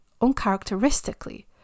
uncharacteristically